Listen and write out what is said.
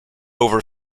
over